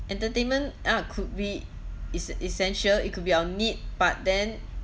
entertainment ah could be it's essential it could be our need but then